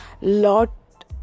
lot